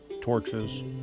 torches